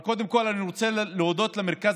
אבל קודם כול אני רוצה להודות למרכז